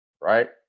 right